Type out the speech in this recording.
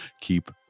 keep